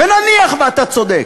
ונניח שאתה צודק,